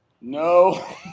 no